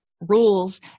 rules